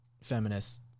feminist